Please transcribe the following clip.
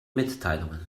mitteilungen